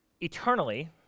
Eternally